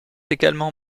également